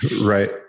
Right